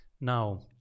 Now